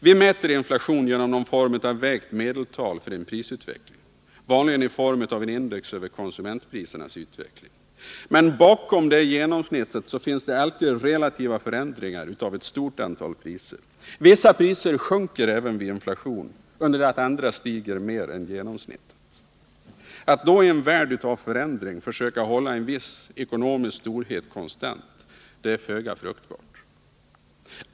Vi mäter inflation genom någon form av vägt medeltal för en prisutveckling, vanligen i form av en index över konsumentprisernas utveckling. Men bakom detta genomsnitt döljer sig alltid relativa förändringar av ett stort antal priser. Vissa priser sjunker även vid inflation, medan andra stiger mer än genomsnittet. Att då i en värld av förändring försöka hålla någon viss ekonomisk storhet konstant är föga fruktbart.